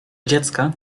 dziecka